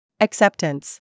Acceptance